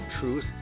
Truth